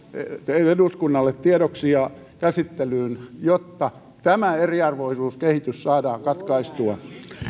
eduskunnalle tiedoksi ja käsittelyyn jotta tämä eriarvoisuuskehitys saadaan katkaistua